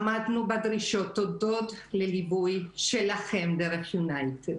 עמדנו בדרישות הודות לליווי שלכם דרך יונייטד.